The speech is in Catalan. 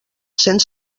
cents